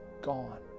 gone